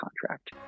contract